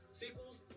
sequels